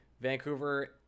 Vancouver